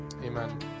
Amen